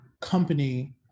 company